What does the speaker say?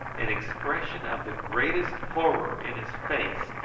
an expression of the greatest horror in his face,